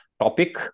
topic